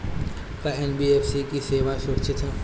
का एन.बी.एफ.सी की सेवायें सुरक्षित है?